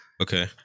Okay